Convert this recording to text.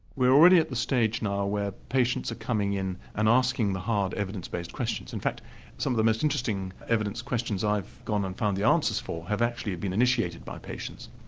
we are already at the stage now where patients are coming in and asking the hard evidence based questions. in fact some of the most interesting evidence questions i've gone and found the answers for have actually been initiated by patients.